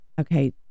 Okay